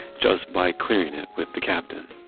just by clearing it with the captain